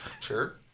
Sure